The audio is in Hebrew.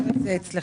בוקר